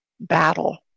battle